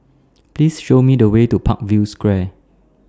Please Show Me The Way to Parkview Square